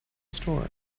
store